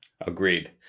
Agreed